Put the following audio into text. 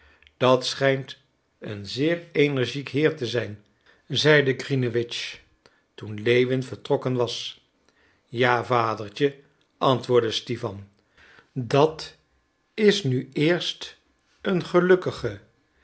dat schijnt een zeer energiek heer te zijn zeide grinewitsch toen lewin vertrokken was ja vadertje antwoordde stipan dat is nu eerst een gelukkige